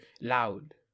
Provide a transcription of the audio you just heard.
loud